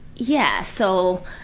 yeah so,